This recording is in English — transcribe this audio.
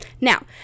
Now